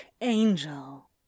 Angel